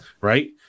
right